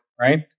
Right